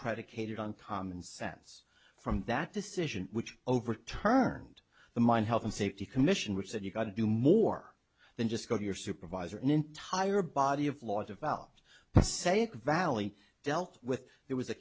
predicated on common sense from that decision which overturned the mine health and safety commission which said you've got to do more than just go to your supervisor an entire body of law developed to say it valley dealt with it was a